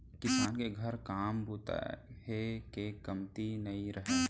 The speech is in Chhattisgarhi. किसान के घर काम बूता हे के कमती नइ रहय